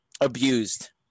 abused